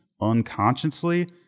unconsciously